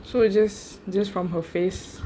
so it's just just from her face